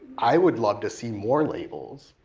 i would love to see more labels,